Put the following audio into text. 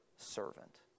servant